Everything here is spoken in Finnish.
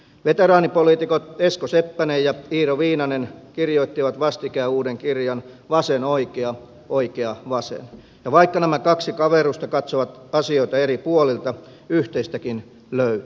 veteraanipoliitikot esko seppänen ja iiro viinanen kirjoittivat vastikään uuden kirjan vasen oikea oikea vasen ja vaikka nämä kaksi kaverusta katsovat asioita eri puolilta yhteistäkin löytyy